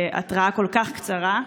התראה כל כך קצרה?